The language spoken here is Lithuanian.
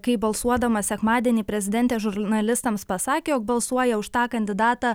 kai balsuodama sekmadienį prezidentė žurnalistams pasakė jog balsuoja už tą kandidatą